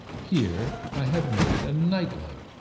here i have made a night-light,